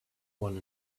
one